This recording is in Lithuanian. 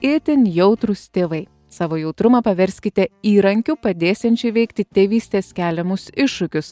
itin jautrūs tėvai savo jautrumą paverskite įrankiu padėsiančiu įveikti tėvystės keliamus iššūkius